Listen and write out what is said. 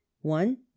one